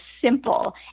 simple